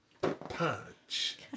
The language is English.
Punch